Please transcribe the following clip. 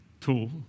tool